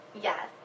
Yes